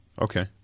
Okay